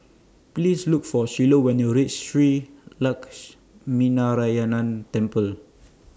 Please Look For Shiloh when YOU REACH Shree Lakshminarayanan Temple